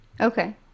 okay